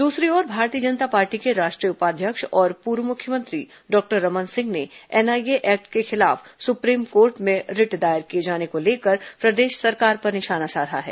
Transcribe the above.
दूसरी ओर भारतीय जनता पार्टी के राष्ट्रीय उपाध्यक्ष और पूर्व मुख्यमंत्री डॉक्टर रमन सिंह ने एनआईए एक्ट के खिलाफ सुप्रीम कोर्ट में रिट दायर किए जाने को लेकर प्रदेश सरकार पर निशाना साधा है